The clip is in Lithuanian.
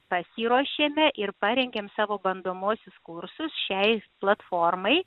pasiruošėme ir parengėm savo bandomuosius kursus šiai platformai